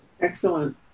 Excellent